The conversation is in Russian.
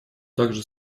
также